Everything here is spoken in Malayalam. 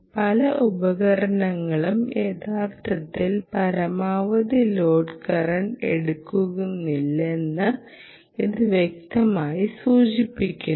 പല ഉപകരണങ്ങളും യഥാർത്ഥത്തിൽ പരമാവധി ലോഡ് കറന്റ് എടുക്കുന്നില്ലെന്ന് ഇത് വ്യക്തമായി സൂചിപ്പിക്കുന്നു